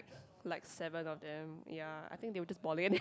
like seven on of them ya I think they were just balling a day